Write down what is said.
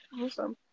Awesome